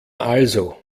also